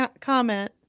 comment